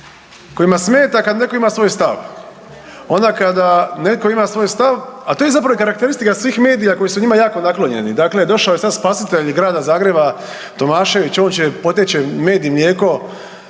svoj stav. Ona kada netko ima svoj stav, a to je zapravo i karakteristika svih medija koji su njima jako naklonjeni. Dakle, došao je sad spasitelj Grada Zagreba Tomašević, on će, poteč će med i mlijeko,